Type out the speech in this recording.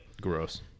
Gross